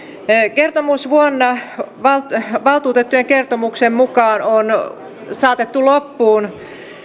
kertomusvuonna valtuutettujen kertomuksen mukaan on saatettu loppuun